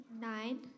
Nine